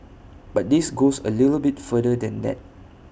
but this goes A little bit further than that